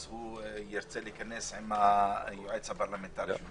אז הוא ירצה להיכנס עם היועץ הפרלמנטרי.